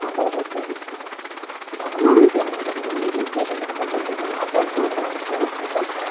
ಅದೇ ರೀತಿ ಧರ್ಮ ಅಂತೇನಿರಲ್ಲ ನಾವು ಬೇರೆ ಧರ್ಮ ಜೊತೆಗೆ ಮಾತಾಡ್ಬೋದು ಅಂತೇಳ್ಬೋದು